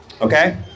okay